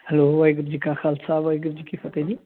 hello Waheguru ji ਕਾ ਖਾਲਸਾ ਵਾਹਿਗੁਰੂ ਜੀ ਕੀ ਫਤਿਹ ਜੀ